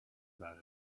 about